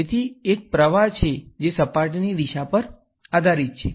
તેથી એક પ્રવાહ છે જે સપાટીની દિશા પર આધારિત છે